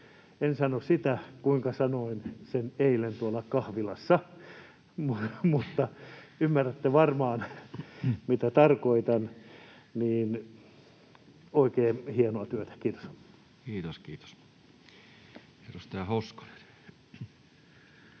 en sano sitä niin, kuinka sanoin sen eilen tuolla kahvilassa, mutta ymmärrätte varmaan, mitä tarkoitan — oikein hienoa työtä. — Kiitos. Kiitos,